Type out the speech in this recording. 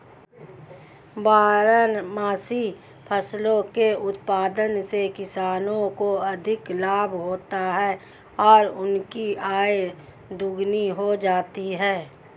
बारहमासी फसलों के उत्पादन से किसानों को अधिक लाभ होता है और उनकी आय दोगुनी हो जाती है